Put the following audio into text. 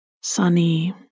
Sunny